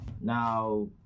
Now